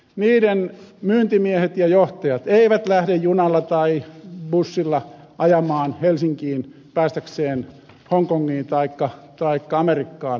niiden myyntimiehet ja johtajat eivät lähde junalla tai bussilla ajamaan helsinkiin päästäkseen hongkongiin taikka amerikkaan liikematkoille